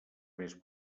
més